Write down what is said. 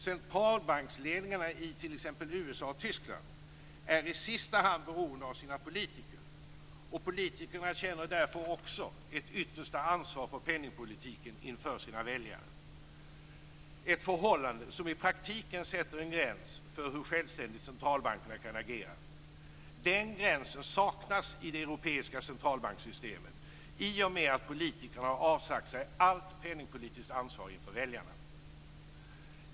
Centralbanksledningarna i t.ex. USA och Tyskland är i sista hand beroende av sina politiker, och politikerna känner därför också ett yttersta ansvar för penningpolitiken inför sina väljare - ett förhållande som i praktiken sätter en gräns för hur självständigt centralbankerna kan agera. Den gränsen saknas i det europeiska centralbankssystemet i och med att politikerna har avsagt sig allt penningpolitiskt ansvar inför väljarna.